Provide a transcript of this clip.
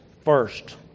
first